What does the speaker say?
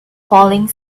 falling